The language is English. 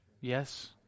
Yes